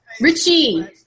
Richie